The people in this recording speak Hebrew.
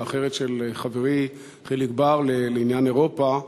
והאחרת של חברי חיליק בר לעניין אירופה,